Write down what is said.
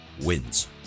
wins